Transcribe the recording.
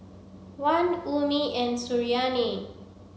Wan Ummi and Suriani